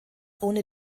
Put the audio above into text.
ohne